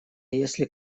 если